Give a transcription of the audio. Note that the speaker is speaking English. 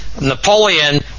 Napoleon